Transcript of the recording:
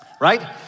right